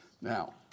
Now